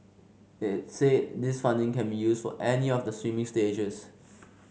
it said this funding can be used for any of the swimming stages